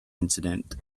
incident